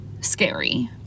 scary